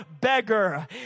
beggar